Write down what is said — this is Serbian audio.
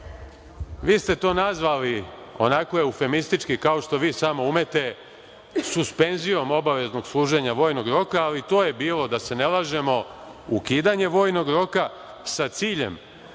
vi ste to nazvali onako eufemistički kao što vi samo umete, suspenzijom obaveznog služenja vojnog roka, ali to je bilo, da se ne lažemo, ukidanje vojnog roka sa ciljem